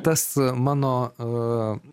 tas mano